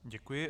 Děkuji.